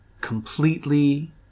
completely